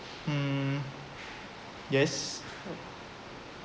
mm yes